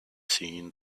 seen